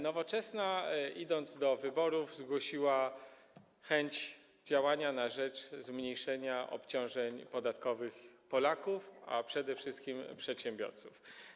Nowoczesna, idąc do wyborów, głosiła chęć działania na rzecz zmniejszenia obciążeń podatkowych Polaków, a przede wszystkim przedsiębiorców.